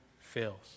fails